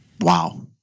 Wow